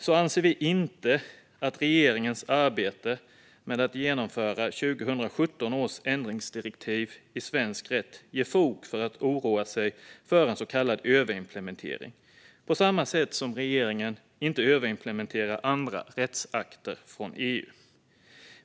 Vi anser inte att regeringens arbete med att genomföra 2017 års ändringsdirektiv i svensk rätt ger fog för att oroa sig för en så kallad överimplementering, på samma sätt som regeringen inte överimplementerar andra rättsakter från EU.